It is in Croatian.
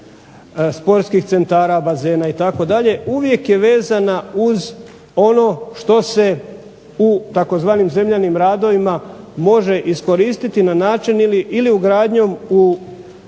sportskih centara, bazena itd., uvijek je vezana uz ono što se u tzv. zemljanim radovima može iskoristiti na način ili ugradnjom u